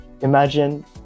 imagine